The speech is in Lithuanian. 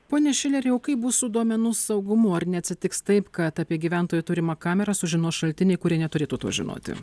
pone šileri o kaip bus su duomenų saugumu ar neatsitiks taip kad apie gyventojų turimą kamerą sužinos šaltiniai kurie neturėtų to žinoti